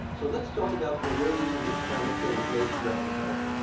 so let's talk about the ways in which climate change may threaten health.